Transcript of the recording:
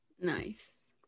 Nice